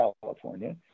California